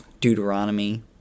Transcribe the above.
Deuteronomy